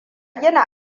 gina